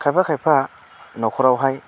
खायफा खायफा नखरावहाय